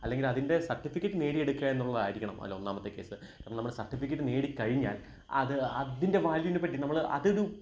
അല്ലെങ്കിൽ അതിൻ്റെ സർട്ടിഫിക്കറ്റ് നേടിയെടുക്കുക എന്നുള്ളതായിരിക്കണം അതിലൊന്നാമത്തെ കേസ് കാരണം നമ്മുടെ സർട്ടിഫിക്കറ്റ് നേടിക്കഴിഞ്ഞാൽ അത് അതിൻ്റെ വാല്യൂനെപ്പറ്റി നമ്മള് അതതു